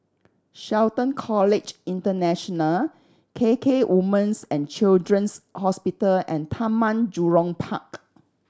Shelton College International K K Woman's and Children's Hospital and Taman Jurong Park